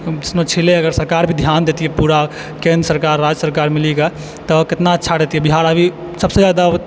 छलै अगर सरकार भी ध्यान दैतियै पूरा केन्द्र सरकार राज्य सरकार मिली कऽ तऽ कितना अच्छा रहतियै बिहार अभी सबसे जादा